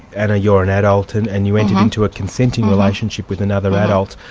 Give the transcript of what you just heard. anna, you're an adult and and you entered into a consenting relationship with another adult.